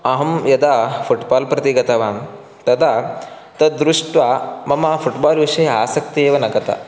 अहं यदा फ़ुट्बाल् प्रति गतवान् तदा तद् दृष्ट्वा मम फ़ुट्बाल् विषये आसक्तिः एव न गता